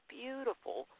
beautiful